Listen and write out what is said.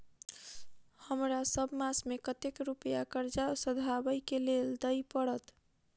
हमरा सब मास मे कतेक रुपया कर्जा सधाबई केँ लेल दइ पड़त?